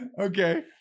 Okay